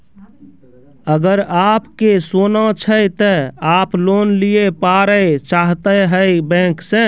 अगर आप के सोना छै ते आप लोन लिए पारे चाहते हैं बैंक से?